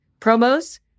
promos